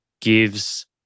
gives